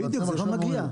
בדיוק זה לא מגיע.